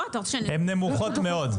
הן נמוכות מאוד.